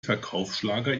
verkaufsschlager